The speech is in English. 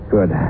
Good